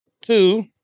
two